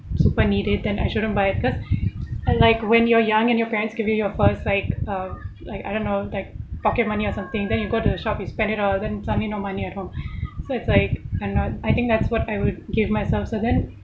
super need it then I shouldn't buy it because and like when you're young and your parents give you your first uh like I don't know like pocket money or something then you go to the shop you spend it all then suddenly no money at all so it's like I don't know I think that's what I will give myself so then